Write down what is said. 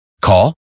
Call